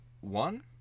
one